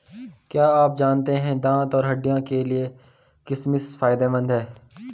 क्या आप जानते है दांत और हड्डियों के लिए किशमिश फायदेमंद है?